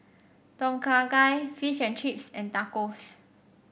Tom Kha Gai Fish and Chips and Tacos